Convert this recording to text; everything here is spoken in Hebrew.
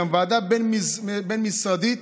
ועדה בין-משרדית